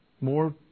More